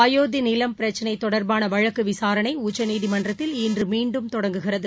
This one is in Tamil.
அயோத்தி நிலம் பிரச்சினை தொடர்பான வழக்கு விசாரணை உச்சநீதிமன்றத்தில் இன்று மீண்டும் தொடங்குகிறது